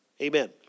amen